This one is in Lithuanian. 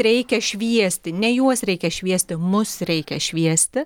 reikia šviesti ne juos reikia šviesti mus reikia šviesti